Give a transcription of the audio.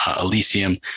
Elysium